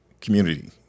community